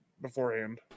beforehand